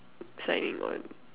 signing on